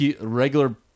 regular